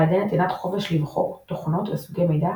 על ידי נתינת חופש לבחור תוכנות וסוגי מידע